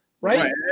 right